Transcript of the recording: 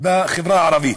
בחברה הערבית.